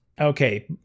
Okay